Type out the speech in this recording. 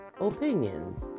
opinions